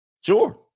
sure